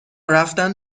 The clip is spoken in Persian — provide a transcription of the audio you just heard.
رفتن